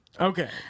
Okay